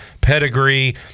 pedigree